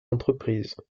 entreprises